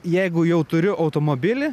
jeigu jau turiu automobilį